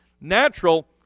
Natural